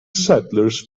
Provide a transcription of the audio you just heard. settlers